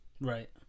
Right